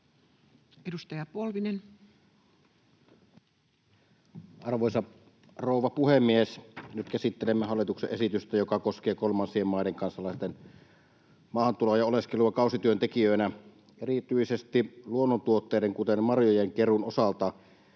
Edustaja Polvinen. Arvoisa rouva puhemies! Nyt käsittelemme hallituksen esitystä, joka koskee kolmansien maiden kansalaisten maahantuloa ja oleskelua kausityöntekijöinä erityisesti luonnontuotteiden, kuten marjojen keruun, osalta.